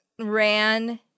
ran